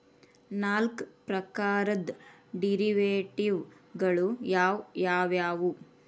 ನಾಲ್ಕ್ ಪ್ರಕಾರದ್ ಡೆರಿವೆಟಿವ್ ಗಳು ಯಾವ್ ಯಾವವ್ಯಾವು?